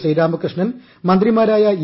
ശ്രീരാമകൃഷ്ണൻ മന്ത്രിമാരായ ഇ